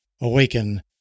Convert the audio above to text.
awaken